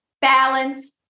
balance